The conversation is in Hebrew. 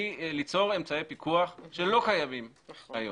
היא ליצור אמצעי פיקוח שלא קיימים היום.